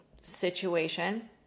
situation